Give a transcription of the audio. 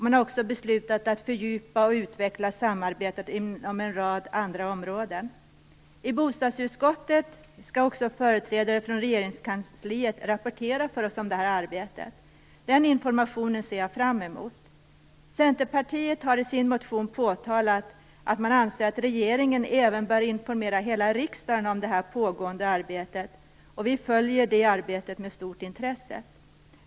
Man har också beslutat att fördjupa och utveckla samarbetet inom en rad andra områden. I bostadsutskottet skall också företrädare från regeringskansliet rapportera för oss om detta arbete. Den informationen ser jag fram emot. Centerpartiet har i en motion påtalat att regeringen även bör informera hela riksdagen om det pågående arbetet. Vi följer detta arbete med stort intresse.